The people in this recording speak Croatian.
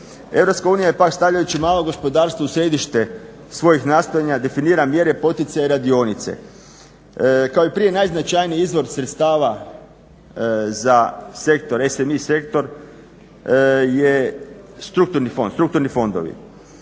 je pak stavljajući malo gospodarstvo u središte svojih nastojanja definira mjere poticaja i radionice. Kao i prije najznačajniji izvor sredstava za SMI sektor su strukturni fondovi,